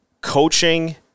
coaching